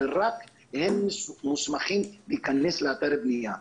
הרי רק הם מוסמכים להיכנס לאתרי בנייה.